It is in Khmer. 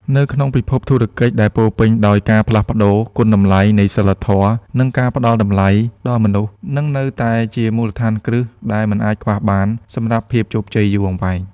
នៅក្នុងពិភពធុរកិច្ចដែលពោពេញដោយការផ្លាស់ប្តូរ គុណតម្លៃនៃសីលធម៌ និងការផ្តល់តម្លៃដល់មនុស្ស នឹងនៅតែជាមូលដ្ឋានគ្រឹះដែលមិនអាចខ្វះបានសម្រាប់ភាពជោគជ័យយូរអង្វែង។